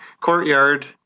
courtyard